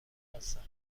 هستند